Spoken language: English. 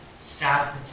stop